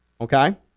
Okay